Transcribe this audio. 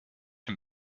him